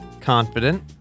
confident